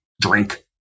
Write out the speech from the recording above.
drink